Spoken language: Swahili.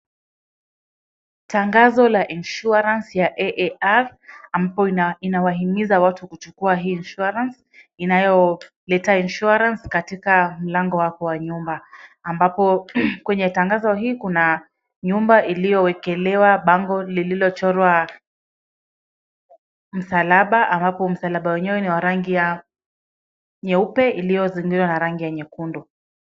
Tangazo la insurance ya AAR ambapo inawahimiza watu kuchukua hii insurance inayoleta insurance katika mlango wako wa nyumba ambapo kwenye tangazo hii kuna nyumba iliyowekelewa bango lililochorwa msalaba, ambapo msalaba wenyewe ni wa rangi ya nyeupe iliyozingirwa na ya rangi ya nyekundu.